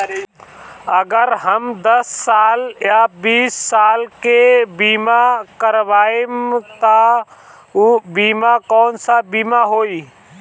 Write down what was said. अगर हम दस साल या बिस साल के बिमा करबइम त ऊ बिमा कौन सा बिमा होई?